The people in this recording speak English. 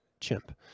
chimp